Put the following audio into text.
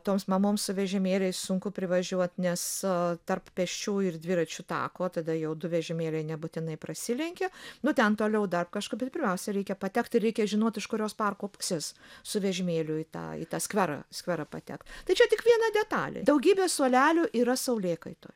toms mamoms su vežimėliais sunku privažiuot nes a tarp pėsčiųjų ir dviračių tako tada jau du vežimėliai nebūtinai prasilenkia nu ten toliau dar kažko bet pirmiausia reikia patekt ir reikia žinot iš kurios parko pusės su vežimėliu į tą į tą skverą skverą patekt tai čia tik viena detalė daugybė suolelių yra saulėkaitoj